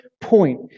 point